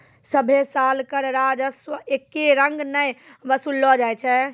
सभ्भे साल कर राजस्व एक्के रंग नै वसूललो जाय छै